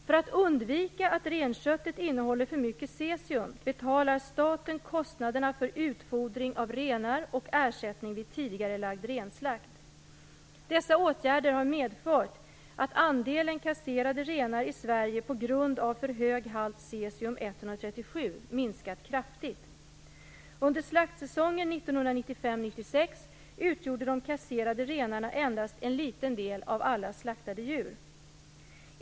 För att undvika att renköttet innehåller för mycket cesium betalar staten kostnaderna för utfodring av renar och ersättning vid tidigarelagd renslakt. Dessa åtgärder har medfört att andelen kasserade renar i Sverige på grund av för hög halt cesium-137 minskat kraftigt. Under slaktsäsongen 1995/96 utgjorde de kasserade renarna endast en liten del av alla slaktade djur.